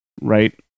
right